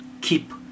keep